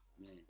man